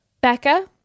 Becca